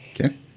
Okay